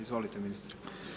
Izvolite ministre.